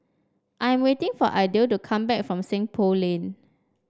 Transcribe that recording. I'm waiting for Idell to come back from Seng Poh Lane